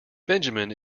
benjamin